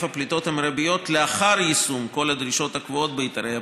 הפליטות המרביות לאחר יישום כל הדרישות הקבועות בהיתרי הפליטה.